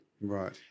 Right